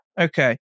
Okay